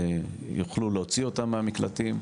יוכלו להוציא אותם מהמקלטים,